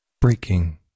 breaking